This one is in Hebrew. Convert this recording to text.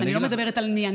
אני לא מדברת על ניירות,